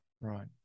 Right